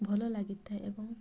ଭଲ ଲାଗିଥାଏ ଏବଂ